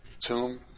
tomb